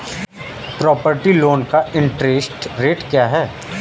Property loan का interest rate क्या है?